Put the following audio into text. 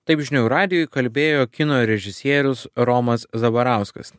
taip žinių radijui kalbėjo kino režisierius romas zabarauskas